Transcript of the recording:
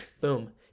boom